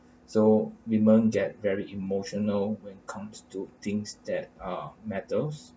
so women get very emotional when comes to things that are matters